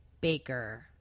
Baker